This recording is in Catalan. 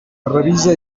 revisa